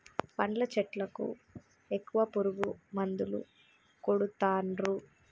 పండ్ల చెట్లకు ఎక్కువ పురుగు మందులు కొడుతాన్రు